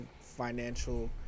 financial